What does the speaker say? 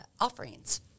offerings